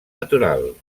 natural